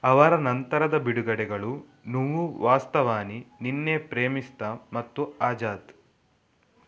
ಅವರ ನಂತರದ ಬಿಡುಗಡೆಗಳು ನುವ್ವು ವಾಸ್ತವಾನಿ ನಿನ್ನೆ ಪ್ರೇಮಿಸ್ತಾ ಮತ್ತು ಆಜಾದ್